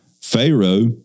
Pharaoh